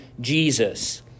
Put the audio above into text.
Jesus